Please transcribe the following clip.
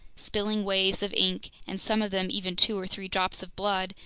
spilling waves of ink and some of them even two or three drops of blood,